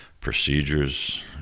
procedures